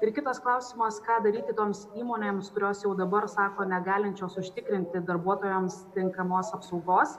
ir kitas klausimas ką daryti toms įmonėms kurios jau dabar sako negalinčios užtikrinti darbuotojams tinkamos apsaugos